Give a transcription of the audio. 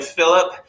Philip